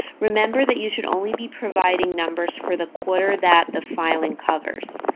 remember that you should only be providing numbers for the quarter that the filing covers.